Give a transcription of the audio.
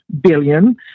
billion